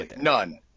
none